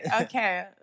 okay